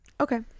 Okay